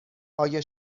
آیا